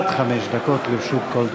עד חמש דקות לרשות כל דובר.